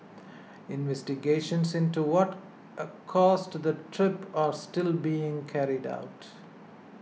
investigations into what caused the trip are still being carried out